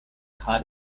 hot